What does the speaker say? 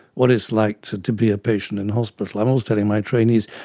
what it's like to to be a patient in hospital. i'm always telling my trainees,